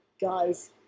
guys